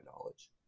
knowledge